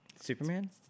Superman